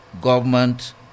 government